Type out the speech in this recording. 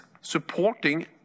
supporting